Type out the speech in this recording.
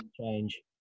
change